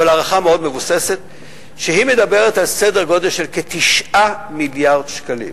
אבל הערכה מאוד מבוססת שמדברת על סדר גודל של כ-9 מיליארד שקלים.